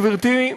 גברתי,